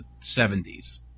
70s